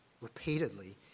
repeatedly